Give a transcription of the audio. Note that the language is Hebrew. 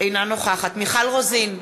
אינה נוכחת מיכל רוזין,